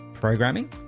programming